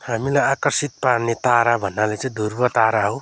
हामीलाई आकर्षित पार्ने तारा भन्नाले चाहिँ ध्रुब तारा हो